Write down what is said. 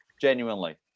genuinely